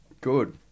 Good